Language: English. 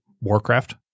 Warcraft